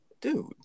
Dude